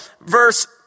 verse